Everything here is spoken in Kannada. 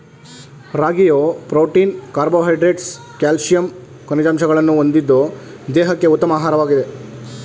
ರಾಗಿಯು ಪ್ರೋಟೀನ್ ಕಾರ್ಬೋಹೈಡ್ರೇಟ್ಸ್ ಕ್ಯಾಲ್ಸಿಯಂ ಖನಿಜಾಂಶಗಳನ್ನು ಹೊಂದಿದ್ದು ದೇಹಕ್ಕೆ ಉತ್ತಮ ಆಹಾರವಾಗಿದೆ